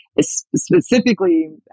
Specifically